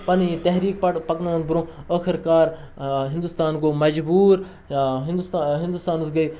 پَنٕنۍ یہِ تحریٖک پَر پَکنٲوٕن برونٛہہ ٲخر کار ہِندوستان گوٚو مجبوٗر ہِندوستا ہِندوستانَس گٔیٚے